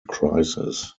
crisis